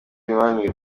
imibanire